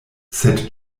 sed